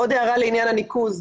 עוד הערה לעניין הניקוז.